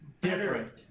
different